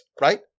right